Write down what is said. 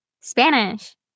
spanish